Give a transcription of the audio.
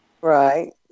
Right